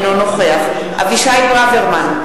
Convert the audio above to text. אינו נוכח אבישי ברוורמן,